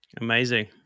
amazing